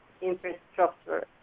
infrastructure